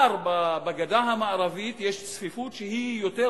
בגדה המערבית כבר יש צפיפות שהיא גדולה